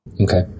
Okay